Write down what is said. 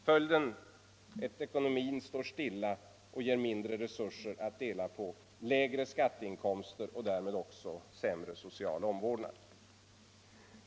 Följden blir också att ekonomin står stilla och ger mindre resurser att dela på och lägre skatteinkomster och därmed ock så sämre social omvårdnad.